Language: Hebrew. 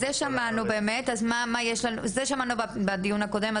על זה שמענו באמת, את זה שמענו בדיון הקודם.